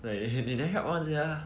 like they didn't help [one] sia